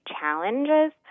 challenges